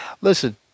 Listen